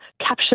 capture